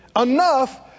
Enough